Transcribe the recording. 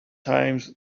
times